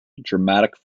dramatic